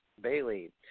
Bailey